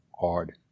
hard